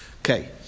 Okay